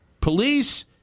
police